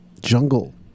Jungle